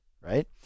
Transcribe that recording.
right